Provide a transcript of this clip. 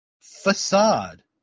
Facade